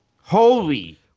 Holy